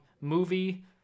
movie